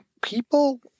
people